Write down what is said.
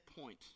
point